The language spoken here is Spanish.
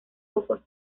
pocos